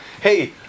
hey